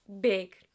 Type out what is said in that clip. big